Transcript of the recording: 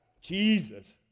Jesus